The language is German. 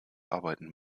arbeiten